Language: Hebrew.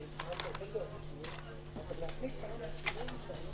רציתי לחסוך לכם, שלא יהיה על חשבון השאילתות.